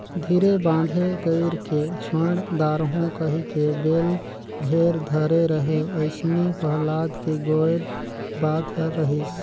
धीरे बांधे कइरके छोएड दारहूँ कहिके बेल भेर धरे रहें अइसने पहलाद के गोएड बात हर रहिस